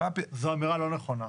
זו אמירה לא נכונה.